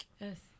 Yes